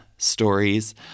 stories